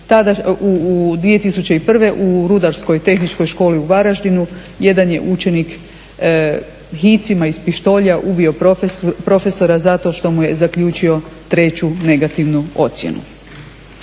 2001.u Rudarskoj tehničkoj školi u Varaždinu jedan je učenik hicima iz pištolja ubio profesora zato što mu je zaključio treću negativnu ocjenu.